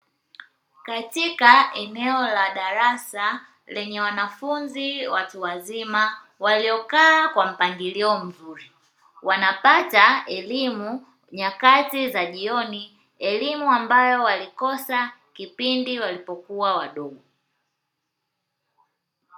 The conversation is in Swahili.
Katika eneo la darasa lenye wanafunzi watu wazima waliokaa kwa mpangilio mzuri, wanapata elimu nyakati za jioni, elimu ambayo walikosa kipindi walipokuwa wadogo.